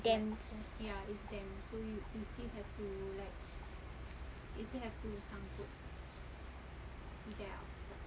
damp